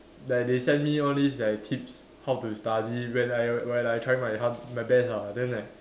like they send me all these like tips how to study when I when I trying my hard my best lah then like